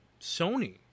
Sony